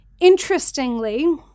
Interestingly